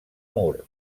mur